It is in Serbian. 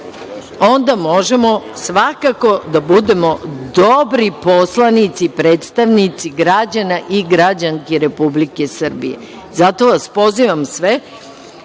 onda možemo svakako da budemo dobri poslanici, predstavnici građana i građanki Republike Srbije. Zato vas pozivam sve